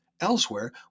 elsewhere